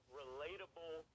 relatable